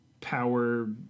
power